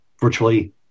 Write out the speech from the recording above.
virtually